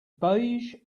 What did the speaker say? beige